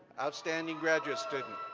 outstanding graduate student.